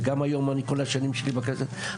ואני גם היום וכל השנים שלי בכנסת,